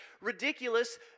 ridiculous